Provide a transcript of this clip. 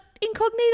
incognito